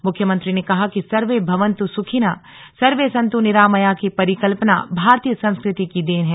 मुख्यमंत्री ने कहा कि सर्वे भवन्तु सुखिनः सर्वे सन्तु निरामया की परिकल्पना भारतीय संस्कृति की देन है